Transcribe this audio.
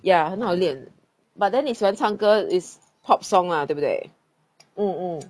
ya 很好练 but then 你喜欢唱歌 is pop song lah 对不对 mm mm